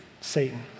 Satan